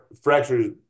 fractures